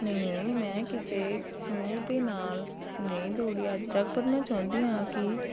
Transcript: ਨਹੀਂ ਮੈਂ ਕਿਸੇ ਸਮੂਹ ਦੇ ਨਾਲ ਨਹੀਂ ਦੌੜੀ ਅੱਜ ਤੱਕ ਪਰ ਮੈਂ ਚਾਹੁੰਦੀ ਹਾਂ ਕਿ